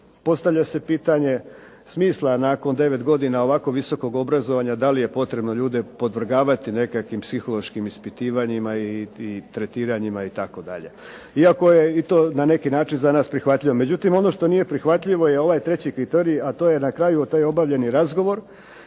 postavlja se pitanje smisla da nakon 9 godina ovako visokog obrazovanja, da li je potrebno ljude podvrgavati nekakvim psihološkim ispitivanjima i tretiranjima itd. iako je to na neki način za nas prihvatljivo. Međutim, ono što nije prihvatljivo je ovaj treći kriterij, a to je na kraju taj obavljeni razgovor,